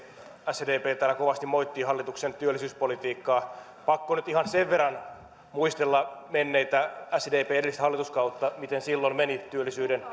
sdp täällä kovasti moittii hallituksen työllisyyspolitiikkaa pakko on nyt ihan sen verran muistella menneitä sdpn edellistä hallituskautta että miten silloin meni työllisyyden